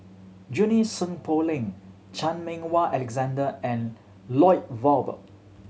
Junie Sng Poh Leng Chan Meng Wah Alexander and Lloyd Valberg